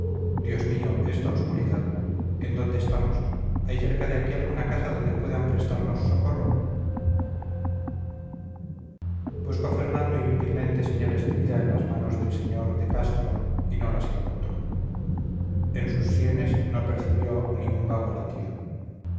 dios mío esta obscuridad en dónde estamos hay cerca de aquí alguna casa donde puedan prestarnos socorro buscó fernando inútilmente señales de vida en las dos manos del sr de castro y no las encontró en sus sienes no percibió ni un vago latido